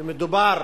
ומדובר